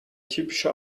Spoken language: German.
typische